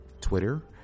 Twitter